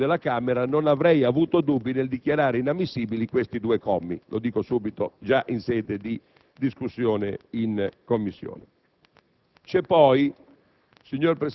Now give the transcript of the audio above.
state quelle presenze nel testo della Camera non avrei avuto dubbi nel dichiarare inammissibili questi due commi - lo dico subito - già in sede di discussione in Commissione.